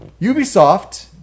Ubisoft